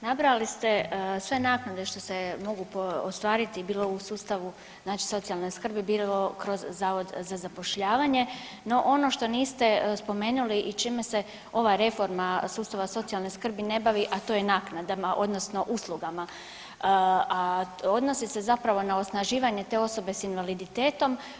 Nabrojali ste sve naknade što se mogu ostvariti bilo u sustavu znači socijalne skrbi, bilo kroz Zavod za zapošljavanje, no ono što niste spomenuli i čime se ova reforma sustava socijalne skrbi ne bavi, a to je naknadama odnosno uslugama, a odnosi se zapravo na osnaživanje te osobe s invaliditetom.